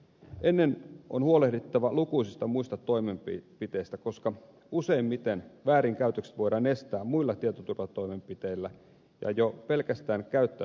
ennen sitä on huolehdittava lukuisista muista toimenpiteistä koska useimmiten väärinkäytökset voidaan estää muilla tietoturvatoimenpiteillä ja jo pelkästään käyttöoikeuksia hallinnoimalla